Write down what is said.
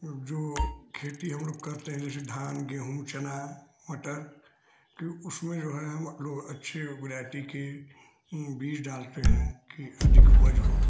और जो खेती हम लोग करते हैं जैसे धान गेहूँ चना मटर कि उसमें जो है हम लोग अच्छे वेरायटी के बीज डालते हैं कि अधिक उपज हो